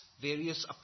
various